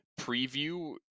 preview